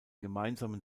gemeinsamen